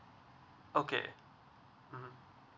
okay mmhmm